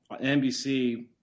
NBC